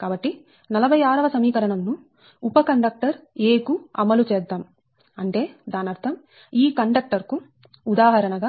కాబట్టి 46 వ సమీకరణం ను ఉప కండక్టర్ 'a' కు అమలు చేద్దాం అంటే దానర్థం ఈ కండక్టర్ కు ఉదాహరణ గా